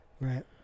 right